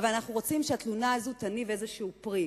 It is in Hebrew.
אבל אנחנו רוצים שהתלונה הזו תניב איזה פרי,